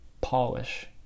polish